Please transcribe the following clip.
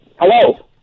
hello